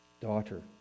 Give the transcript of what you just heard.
daughter